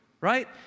right